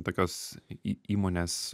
tokios į įmonės